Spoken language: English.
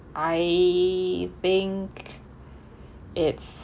I think it's